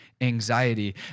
anxiety